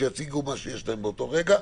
שיציגו מה שיש להם באותו רגע,